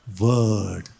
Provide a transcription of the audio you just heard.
word